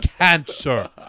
cancer